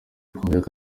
muyoboke